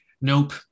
nope